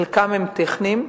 חלקם טכניים.